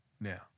now